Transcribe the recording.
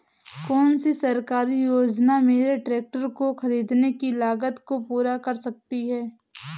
कौन सी सरकारी योजना मेरे ट्रैक्टर को ख़रीदने की लागत को पूरा कर सकती है?